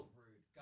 rude